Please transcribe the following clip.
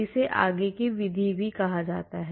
इसे आगे की विधि कहा जाता है